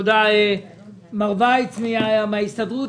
גברת וייץ מן ההסתדרות.